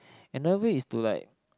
another way is to like